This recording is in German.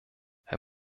herr